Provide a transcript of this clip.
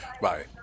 Bye